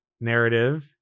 narrative